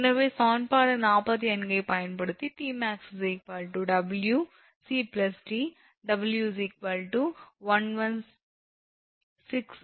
எனவே சமன்பாடு 45 ஐப் பயன்படுத்தி 𝑇𝑚𝑎𝑥 𝑊 𝑐𝑑 𝑊 1160𝐾𝑔𝐾𝑚 1